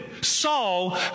Saul